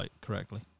correctly